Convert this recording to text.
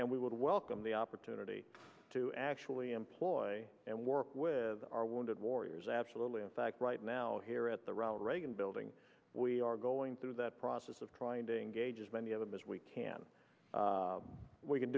and we would welcome the opportunity to actually employee and work with our wounded warriors absolutely in fact right now here at the ronald reagan building we are going through that process of trying to engage as many of them as we can we can